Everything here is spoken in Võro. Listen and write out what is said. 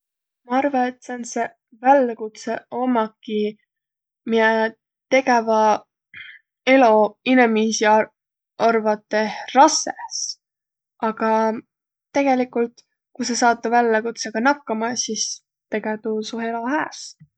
Ma arva, et säändseq välläkutsõq ommaki, miä tegevä elo inemiisi ar- arvatõh rassõs. Aga tegeligult ku sa saat tuu välläkutsõga nakkama, tege tuu su elo hääs.